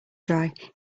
dry